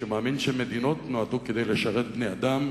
שמאמין שמדינות נועדו לשרת בני-אדם,